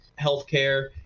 healthcare